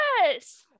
yes